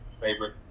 favorite